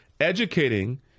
educating